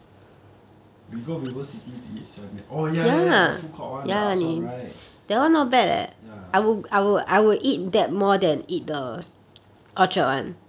we go vivocity to eat 虾面 oh ya ya ya the food court one the ups one right ya